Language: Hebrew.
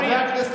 חבר הכנסת